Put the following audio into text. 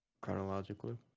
chronologically